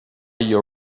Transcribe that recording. your